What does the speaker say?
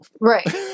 right